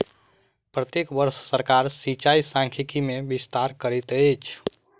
प्रत्येक वर्ष सरकार सिचाई सांख्यिकी मे विस्तार करैत अछि